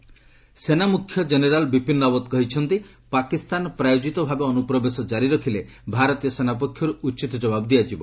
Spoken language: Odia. ବିପିନ୍ ରାଓ୍ୱତ୍ ସେନାମୁଖ୍ୟ କେନେରାଲ୍ ବିପିନ୍ ରାଓ୍ୱତ୍ କହିଛନ୍ତି ପାକିସ୍ତାନ ପ୍ରାୟୋଜିତ ଭାବେ ଅନ୍ତ୍ରପ୍ରବେଶ ଜାରି ରଖିଲେ ଭାରତୀୟ ସେନା ପକ୍ଷର୍ ଉଚିତ କବାବ୍ ଦିଆଯିବ